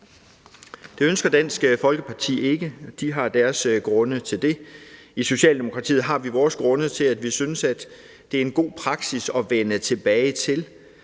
Det ønsker Dansk Folkeparti ikke. De har deres grunde til det. I Socialdemokratiet har vi vores grunde til, at vi synes, at det er en god praksis at vende tilbage til,